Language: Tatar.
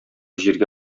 җиргә